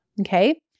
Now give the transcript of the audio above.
okay